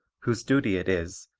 whose duty it is,